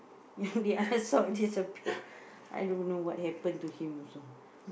ya disappear I don't know what happen to him also